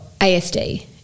ASD